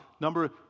Number